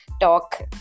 talk